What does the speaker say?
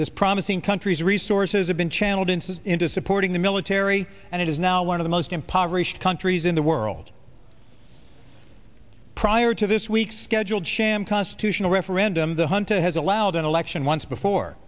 this promising countries resources have been channeled into into supporting the military and it is now one of the most impoverished countries in the world prior to this week's scheduled sham constitutional referendum the one to has allowed an election once before